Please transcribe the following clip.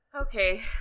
Okay